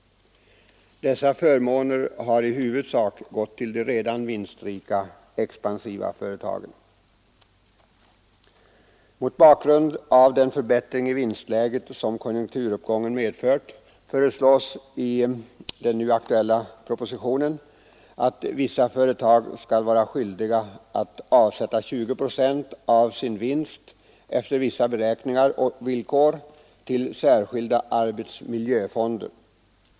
Dessa förmåner har i huvudsak gått till de redan vinstrika, expansiva företagen. Mot bakgrund av den förbättring i vinstläget som konjunkturuppgången medfört föreslås i den nu aktuella propositionen att vissa företag skall vara skyldiga att avsätta 20 procent av sin vinst efter vissa beräkningar och villkor till särskilda arbetsmiljöfonder.